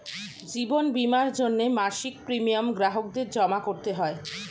জীবন বীমার জন্যে মাসিক প্রিমিয়াম গ্রাহকদের জমা করতে হয়